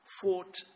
fought